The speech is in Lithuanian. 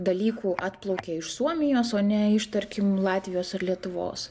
dalykų atplaukė iš suomijos o ne iš tarkim latvijos ir lietuvos